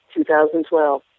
2012